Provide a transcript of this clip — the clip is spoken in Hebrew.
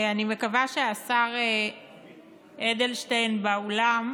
אני מקווה שהשר אדלשטיין באולם.